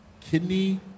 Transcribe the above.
kidney